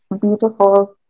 beautiful